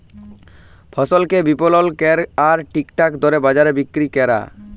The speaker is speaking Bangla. ফসলকে বিপলল ক্যরা আর ঠিকঠাক দরে বাজারে বিক্কিরি ক্যরা